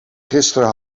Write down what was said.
gisteren